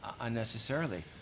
unnecessarily